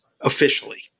officially